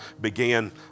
began